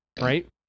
right